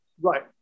Right